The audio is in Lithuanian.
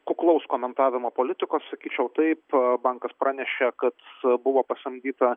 kuklaus komentavimo politikos sakyčiau taip bankas pranešė kad buvo pasamdyta